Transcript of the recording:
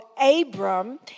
Abram